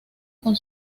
con